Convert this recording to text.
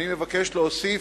ואני מבקש להוסיף: